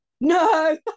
no